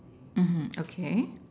um hmm okay